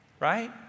right